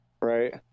Right